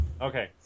Okay